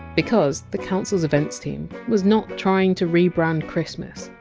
because the council's events team was not trying to rebrand christmas.